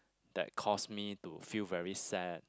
that cause me to feel very sad